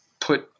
put